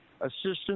assistance